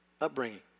upbringing